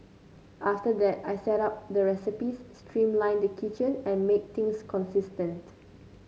after that I set up the recipes streamlined the kitchen and made things consistent